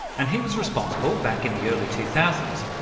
and he was responsible, back in the early two thousand